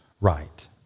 right